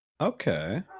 Okay